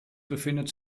befindet